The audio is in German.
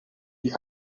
die